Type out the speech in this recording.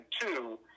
two